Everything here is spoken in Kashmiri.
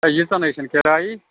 ہے ییٖژاہ نےَ چھَنہٕ کِرایی